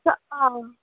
अच्छा हां